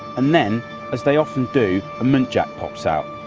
and then as they often do, a muntjac pops out.